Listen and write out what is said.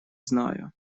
знаю